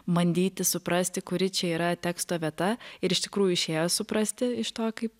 bandyti suprasti kuri čia yra teksto vieta ir iš tikrųjų išėjo suprasti iš to kaip